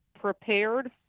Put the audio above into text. prepared